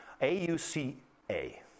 A-U-C-A